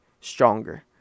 stronger